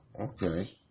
Okay